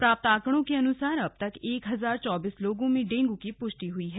प्राप्त आंकड़ों के अनुसार अब तक एक हजार चौबीस लोगों में डेंगू की पुष्टि हुई है